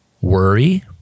worry